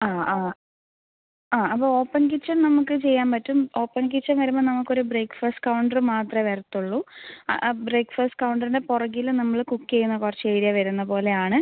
ആ ആ ആ അപ്പോൾ ഓപ്പൺ കിച്ചൻ നമുക്ക് ചെയ്യാൻ പറ്റും ഓപ്പൺ കിച്ചൻ വരുമ്പോൾ നമുക്കൊരു ബ്രേക്ക്ഫാസ്റ്റ് കൗണ്ടറ് മാത്രമേ വരത്തുള്ളൂ ആ ബ്രേക്ക്ഫാസ്റ്റ് കൗണ്ടറിൻ്റെ പുറകിൽ നമ്മൾ കുക്ക് ചെയ്യുന്ന കുറച്ച് ഏരിയ വരുന്ന പോലെ ആണ്